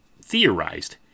theorized